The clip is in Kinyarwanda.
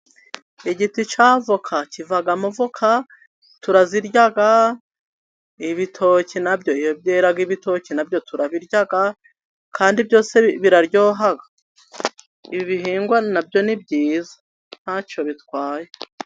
Igiti cya avoka kivamo voka, turazirya, ibitoke nabyo byera ibitoki turabirya, kandi biraryoha, ibihingwa na byo ni byiza ntacyo bitwaye.